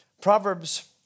Proverbs